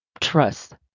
trust